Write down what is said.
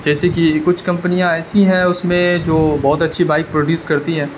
جیسے کہ کچھ کمپنیاں ایسی ہیں اس میں جو بہت اچھی بائک پروڈیوس کرتی ہے